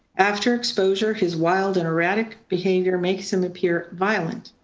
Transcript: after exposure, his wild and erratic behavior makes him appear violent.